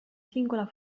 singola